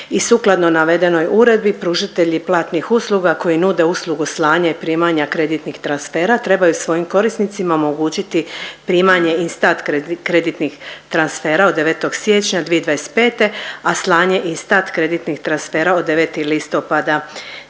I sukladno navedenoj uredbi pružatelji platnih usluga koji nude uslugu slanja i primanja kreditnih transfera trebaju svojim korisnicima omogućiti primanje instant kreditnih transfera od 9. siječnja 2025., a slanje instant kreditnih transfera od 9. listopada 2025..